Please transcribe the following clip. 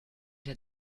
der